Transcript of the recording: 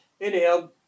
anyhow